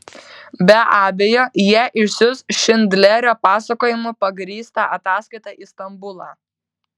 be abejo jie išsiųs šindlerio pasakojimu pagrįstą ataskaitą į stambulą